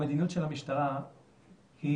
המדיניות של המשטרה היא